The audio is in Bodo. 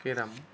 केराम